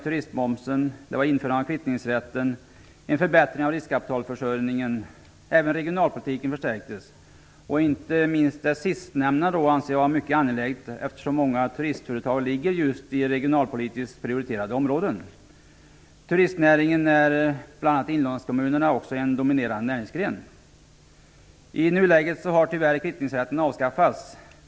Turistmomsen sänktes, kvittningsrätt infördes, riskkapitalförsörjningen förbättrades m.m. Även regionalpolitiken förstärktes. Inte minst det sistnämnda anser jag vara mycket angeläget, eftersom många turistföretag ligger i regionalpolitiskt prioriterade områden. Turistnäringen är i bl.a. inlandskommunerna en dominerande näringsgren. I nuläget har tyvärr kvittningsrätten avskaffats.